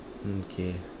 mm okay